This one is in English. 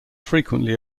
frequently